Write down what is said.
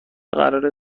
قراره